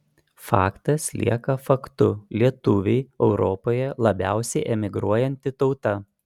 faktas lieka faktu lietuviai europoje labiausiai emigruojanti tauta